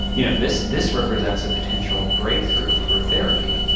you know this this represents a potential breakthrough for therapy.